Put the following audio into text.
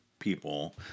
people